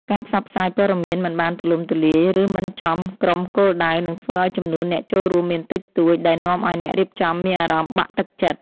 ការផ្សព្វផ្សាយព័ត៌មានមិនបានទូលំទូលាយ ឬមិនចំក្រុមគោលដៅ នឹងធ្វើឱ្យចំនួនអ្នកចូលរួមមានតិចតួច ដែលនាំឱ្យអ្នករៀបចំមានអារម្មណ៍បាក់ទឹកចិត្ត។